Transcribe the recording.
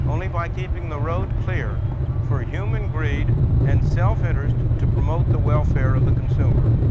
only by keeping the road clear for human greed and self-interest to promote the welfare of the consumer.